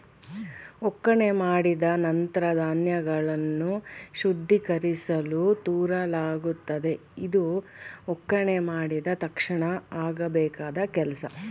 ಒಕ್ಕಣೆ ಮಾಡಿದ ನಂತ್ರ ಧಾನ್ಯಗಳನ್ನು ಶುದ್ಧೀಕರಿಸಲು ತೂರಲಾಗುತ್ತದೆ ಇದು ಒಕ್ಕಣೆ ಮಾಡಿದ ತಕ್ಷಣ ಆಗಬೇಕಾದ್ ಕೆಲ್ಸ